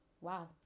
Wow